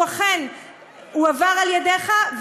והוא אכן הועבר על ידך,